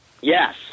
Yes